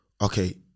okay